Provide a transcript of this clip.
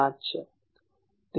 5 છે